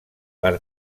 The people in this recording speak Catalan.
per